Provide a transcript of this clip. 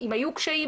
אם היו קשיים,